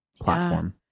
platform